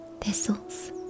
Thistles